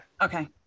Okay